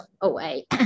away